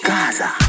Gaza